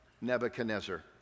Nebuchadnezzar